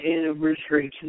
anniversary